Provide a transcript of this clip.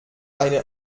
eine